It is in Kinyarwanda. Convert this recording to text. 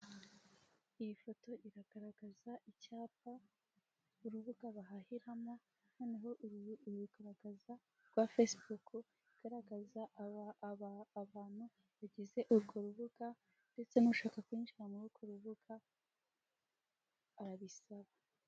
Iyii foto iragaragaza icyapa urubuga bahahiramo, noneho rugaragaza rwa fesibuku igaragaza abantu bagize urwo rubuga, ndetse n'ushaka kwinjira muri urwo rubuga arabisaba.